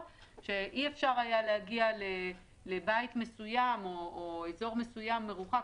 שאי אפשר היה להגיע לבית מסוים או לאזור מסוים מרוחק.